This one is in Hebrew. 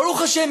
ברוך השם,